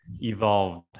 evolved